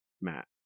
Matt